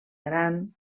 gran